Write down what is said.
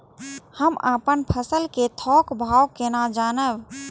हम अपन फसल कै थौक भाव केना जानब?